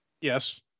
yes